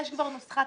יש כבר נוסחה.